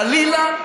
חלילה,